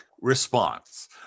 response